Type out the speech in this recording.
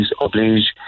oblige